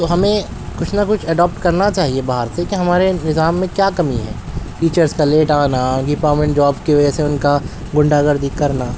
تو ہمیں کچھ نہ کچھ اڈاپٹ کرنا چاہئے باہر سے کہ ہمارے نظام میں کیا کمی ہے ٹیچرس کا لیٹ آنا کہ گورمنٹ جاب کی وجہ سے ان کا غنڈہ گردی کرنا